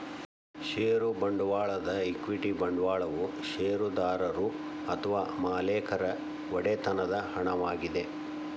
ಷೇರು ಬಂಡವಾಳದ ಈಕ್ವಿಟಿ ಬಂಡವಾಳವು ಷೇರುದಾರರು ಅಥವಾ ಮಾಲೇಕರ ಒಡೆತನದ ಹಣವಾಗಿದೆ